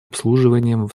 обслуживанием